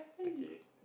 okay